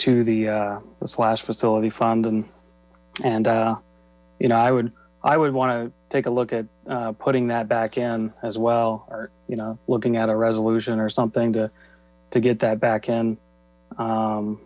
to the slash facility funding and you know i would i would want to take a look at putting that back in as well or you know looking at a resolution or something to get that back in